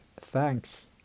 thanks